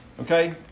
Okay